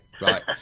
Right